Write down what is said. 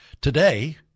Today